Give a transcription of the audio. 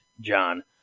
John